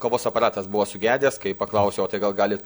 kavos aparatas buvo sugedęs kai paklausiau o tai gal galit